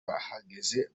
bahageze